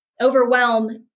Overwhelm